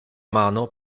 mano